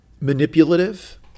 manipulative